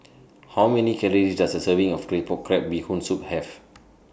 How Many Calories Does A Serving of Claypot Crab Bee Hoon Soup Have